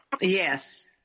Yes